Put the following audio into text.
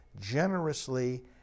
generously